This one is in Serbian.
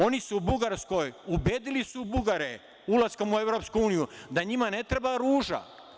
Oni su Bugarskoj, ubedili su Bugare ulaskom u EU da njima ne treba ruža.